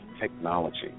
technology